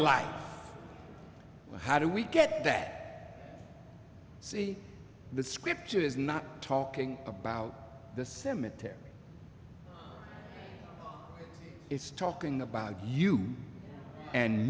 life how do we get that the scripture is not talking about the cemetary it's talking about you and